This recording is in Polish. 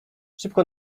szybko